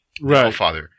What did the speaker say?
right